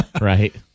Right